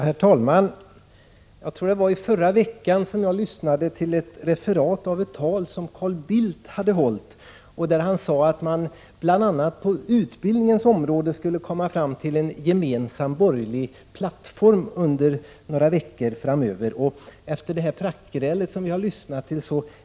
Herr talman! Jag tror att det var i förra veckan som jag lyssnade till ett referat av ett tal som Carl Bildt hade hållit. Han sade där att man bl.a. på utbildningens område skulle komma fram till en gemensam borgerlig plattform om några veckor. Efter det praktgräl som vi nu har lyssnat till Prot.